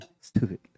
stupid